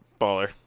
Baller